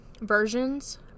versions